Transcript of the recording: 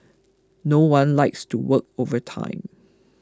no one likes to work overtime